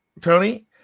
Tony